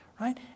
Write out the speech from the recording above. right